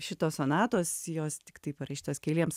šitos sonatos jos tiktai parašytos keliems